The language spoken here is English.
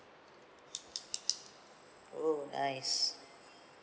oh nice